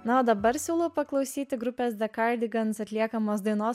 na o dabar siūlau paklausyti grupės de kaidigans atliekamos dainos